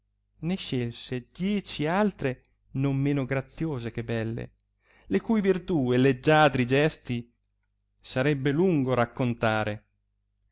ne scelse dieci altre non men graziose che belle le cui virtù e leggiadri gesti sarebbe lungo raccontare